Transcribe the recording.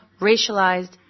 racialized